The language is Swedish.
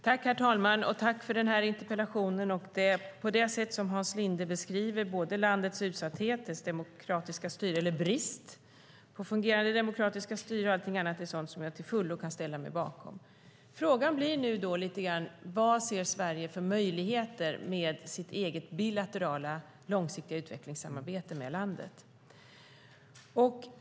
Herr talman! Tack, Hans Linde, för den här interpellationen! Det sätt på vilket Hans Linde beskriver landets utsatthet och brist på demokratiska styre är sådant som jag till fullo kan ställa mig bakom. Frågan blir då: Vad ser Sverige för möjligheter med sitt eget bilaterala, långsiktiga utvecklingssamarbete med landet?